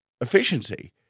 efficiency